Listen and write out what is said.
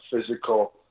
physical